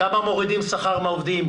כמה מורידים שכר מהעובדים,